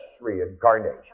reincarnation